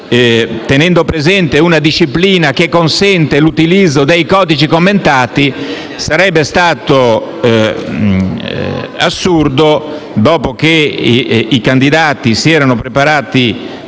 tenendo presente una disciplina che consente l'utilizzo dei codici commentati. Sarebbe stato assurdo, dopo che i candidati si erano preparati